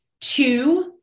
Two